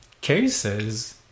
cases